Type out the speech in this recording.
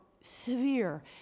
severe